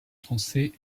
français